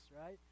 right